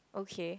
okay